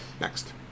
Next